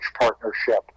partnership